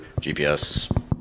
GPS